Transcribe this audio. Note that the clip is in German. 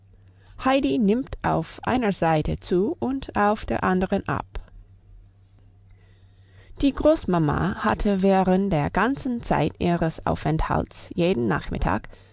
heidi nimmt auf einer seite zu und auf der anderen ab die großmama hatte während der ganzen zeit ihres aufenthalts jeden nachmittag